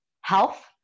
health